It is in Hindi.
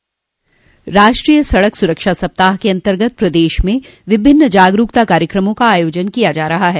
राष्ट्रीय सड़क सुरक्षा सप्ताह के अन्तर्गत प्रदेश में विभिन्न जागरूकता कार्यक्रमों का आयोजन किया जा रहा है